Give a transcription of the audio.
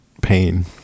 pain